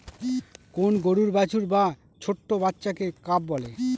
কোন গরুর বাছুর বা ছোট্ট বাচ্চাকে কাফ বলে